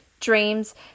dreams